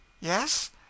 Yes